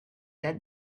that